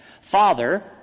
Father